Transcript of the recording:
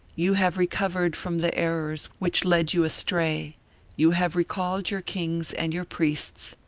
you have recovered from the errors which led you astray you have recalled your kings and your priests,